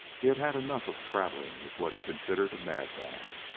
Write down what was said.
he had had enough of traveling with what he considered a madman.